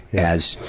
as,